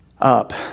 up